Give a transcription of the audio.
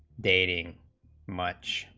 dating much